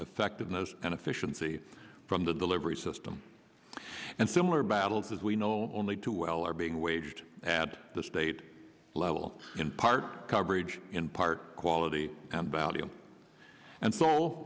effectiveness and efficiency from the delivery system and similar battles as we know only too well are being waged ad the state level in part coverage in part quality and value and so